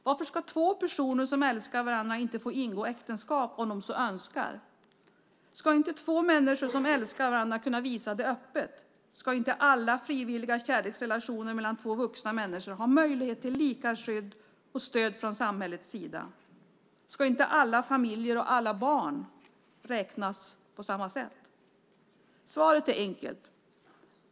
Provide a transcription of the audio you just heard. Varför ska två personer som älskar varandra inte få ingå äktenskap om de så önskar? Ska inte två människor som älskar varandra kunna visa det öppet? Ska inte alla frivilliga kärleksrelationer mellan två vuxna människor ha möjlighet till lika skydd och stöd från samhällets sida? Ska inte alla familjer och alla barn räknas på samma sätt? Svaret är enkelt.